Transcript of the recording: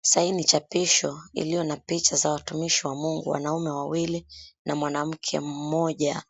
Saini chapisho ilio na picha za watumishi wa mungu wanaume wawili na mwanamke mmoja